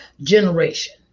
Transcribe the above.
Generation